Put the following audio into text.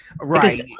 Right